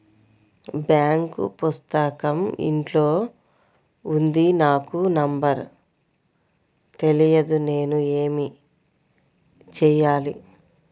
Bank పుస్తకం ఇంట్లో ఉంది నాకు నంబర్ తెలియదు నేను ఏమి చెయ్యాలి?